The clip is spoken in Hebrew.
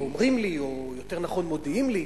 אומרים לי או יותר נכון מודיעים לי,